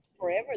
forever